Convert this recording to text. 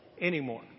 anymore